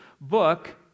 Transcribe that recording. book